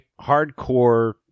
hardcore